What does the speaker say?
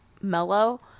mellow